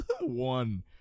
One